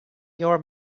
your